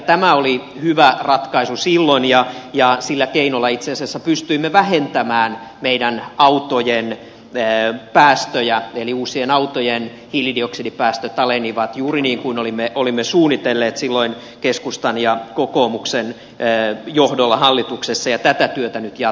tämä oli hyvä ratkaisu silloin ja sillä keinolla itse asiassa pystyimme vähentämään meidän autojen päästöjä eli uusien autojen hiilidioksidipäästöt alenivat juuri niin kuin olimme suunnitelleet silloin keskustan ja kokoomuksen johdolla hallituksessa ja tätä työtä nyt jatketaan